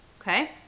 okay